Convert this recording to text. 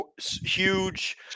huge